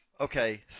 okay